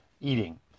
eating